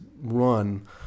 run